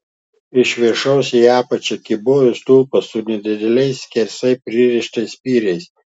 iš viršaus į apačią kybojo stulpas su nedideliais skersai pririštais spyriais